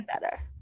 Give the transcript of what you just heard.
Better